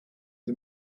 the